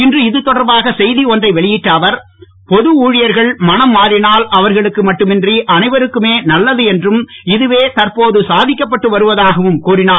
இன்று இதுதொடர்பாக செய்தி ஒன்றை வெளியிட்டள்ள அவர் பொது ஊழியர்கள் மனம் மாறினால் அவர்களுக்கு மட்டுமின்றி அனைவருக்குமே நல்லது என்றும் இதுவே தற்போது சாதிக்கப்பட்டு வருவதாகவும் கூறினார்